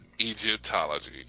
Egyptology